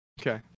Okay